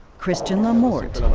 christian lamorte,